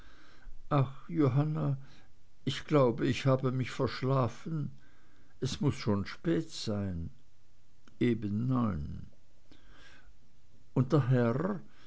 johanna ich glaube ich habe mich verschlafen es muß schon spät sein eben neun und der herr